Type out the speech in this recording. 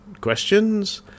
questions